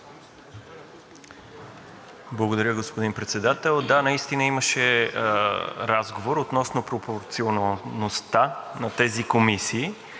Благодаря, господин Председател. Да, наистина имаше разговор относно пропорционалността на тези комисии,